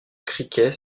cricket